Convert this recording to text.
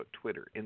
Twitter